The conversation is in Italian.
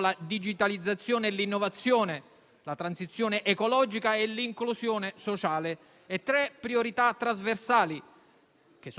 (la digitalizzazione e l'innovazione, la transizione ecologica e l'inclusione sociale) e tre priorità trasversali